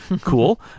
cool